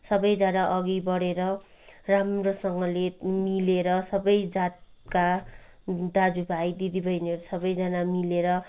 सबैजना अघि बढेर राम्रोसँगले मिलेर सबै जातका दाजुभाइ दिदीबहिनीहरू सबैजना मिलेर